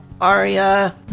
Arya